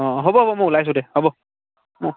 অ' হ'ব হ'ব মই ওলাইছোঁ দে হ'ব অহ